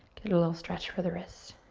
get a little stretch for the wrists.